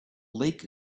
lake